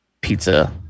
pizza